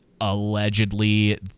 allegedly